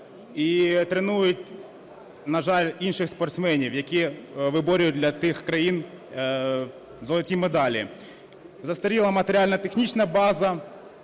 і тренують, на жаль, інших спортсменів, які виборюють для тих країн золоті медалі. Застаріла матеріально-технічна база,